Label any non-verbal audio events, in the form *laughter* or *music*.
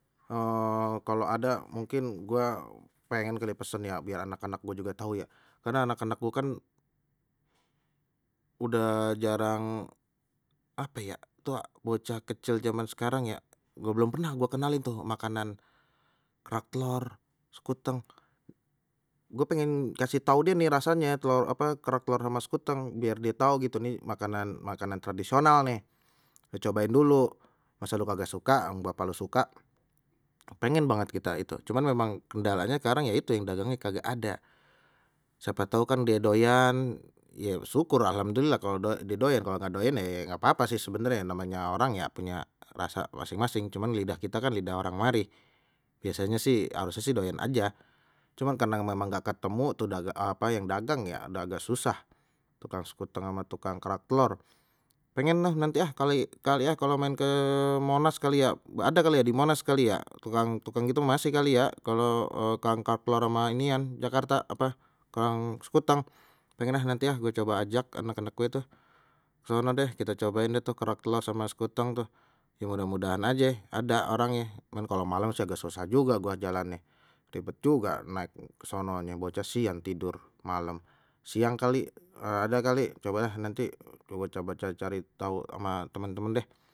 *hesitation* kalau ada mungkin gua pengen kali pesan ya biar anak-anak gue juga tahu ya, karena anak-anak gua kan udah jarang apa tuh bocah kecil jaman sekarang ya gua belum pernah gua kenalin tuh makanan kerak telor, sekuteng, gue pengen kasih tau deh nih rasanye tuh apa kerak telor sama sekuteng, biar dia tahu gitu nih makanan-makanan tradisional nih, ya cobain dulu masa lu kagak suka bapak lu suka. Pengen banget kita itu cuman memang kendalanya sekarang ya itu yang dagangnya kagak ada, siapa tahu kan die doyan ye syukur alhamdulillah kalau udah die kalau nggak doyan ye nggak apa-apa sih sebenarnya namanya orang ya punya rasa masing-masing cuman lidah kita kan lidah orang mari. Biasanya sih harusnya sih doyan aja cuman karena memang nggak ketemu tuh udah agak apa yang dagang ya dah agak susah tu tukang sekuteg ama tukang kerak telor, pengen ah nanti ah kali kali ah kalau main ke monas kali ya ada kali ya di monas kali ya, tukang tukang gitu masih kali ya, kalau *hesitation* kang kerak telor ama inian jakarta apa kang sekuteng, pingin ah nanti ah gue coba ajak anak-anak gue tuh sono deh kita cobain deh tu kerak telor sama sekuteng tuh ya mudah mudahan aje ada orangnye cuman kalau malam agak susah juga gua jalannye ribet juga naik kesononye bocah sih yang tidur malam siang kali ada kali coba da nanti coba coba cari tahu sama temen-temen deh.